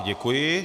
Děkuji.